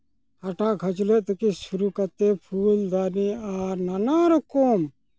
ᱦᱟᱴᱟᱜ ᱠᱷᱟᱹᱪᱞᱟᱹᱜ ᱛᱷᱮᱠᱮ ᱥᱩᱨᱩ ᱠᱟᱛᱮᱫ ᱯᱷᱩᱞᱫᱟᱱᱤ ᱟᱨ ᱱᱟᱱᱟ ᱨᱚᱠᱚᱢ